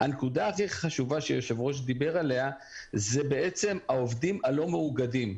הנקודה הכי חשובה שהיושב-ראש דיבר עליה זה בעצם העובדים הלא מאוגדים.